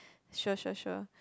sure sure sure